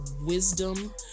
wisdom